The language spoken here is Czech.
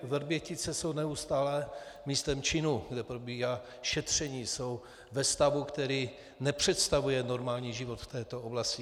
Vrbětice jsou neustále místem činu, kde probíhá šetření, jsou ve stavu, který nepředstavuje normální život v této oblasti.